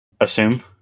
Assume